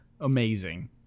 Amazing